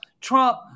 Trump